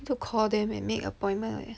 need to call them and make appointment leh